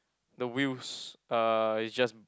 the wheels uh is just